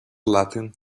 latin